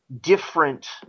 different